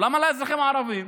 למה לאזרחים הערבים?